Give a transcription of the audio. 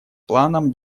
планом